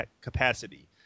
capacity